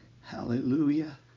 hallelujah